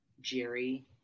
Jerry